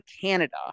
Canada